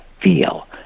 feel